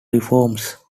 reforms